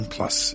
Plus